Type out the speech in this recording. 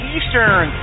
Eastern